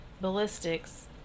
ballistics